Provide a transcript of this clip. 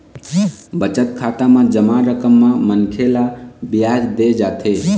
बचत खाता म जमा रकम म मनखे ल बियाज दे जाथे